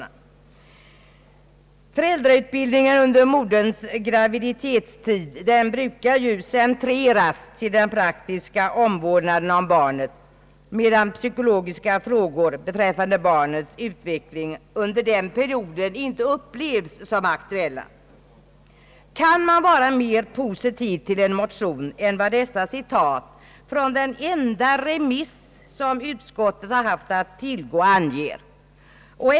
Föräldrautbildningen under moderns graviditetstid brukar, framhåller skolöverstyrelsen vidare, centreras till den praktiska omvårdnaden om barnet, medan psykologiska frågor beträffande barnets utveckling under denna period ännu inte upplevs som aktuella. Kan man vara mera positiv till en motion än vad dessa citat från den enda remissinstans som utskottet haft att tillgå ger vid handen?